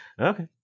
okay